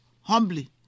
humbly